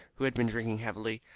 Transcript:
who had been drinking heavily.